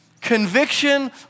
Conviction